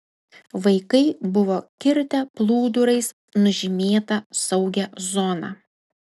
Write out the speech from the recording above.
vaikai buvo kirtę plūdurais nužymėta saugią zoną